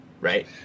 right